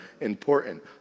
important